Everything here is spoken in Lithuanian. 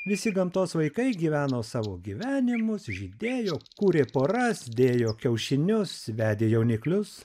visi gamtos vaikai gyveno savo gyvenimus žydėjo kūrė poras dėjo kiaušinius vedė jauniklius